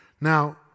Now